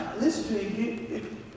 Listen